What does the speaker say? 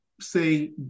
say